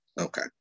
okay